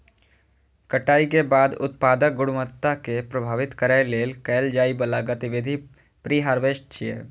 कटाइ के बाद उत्पादक गुणवत्ता कें प्रभावित करै लेल कैल जाइ बला गतिविधि प्रीहार्वेस्ट छियै